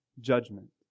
judgment